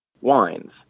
wines